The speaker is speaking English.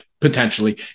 potentially